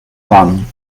warnung